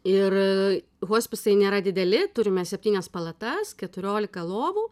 ir hospisai nėra dideli turime septynias palatas keturiolika lovų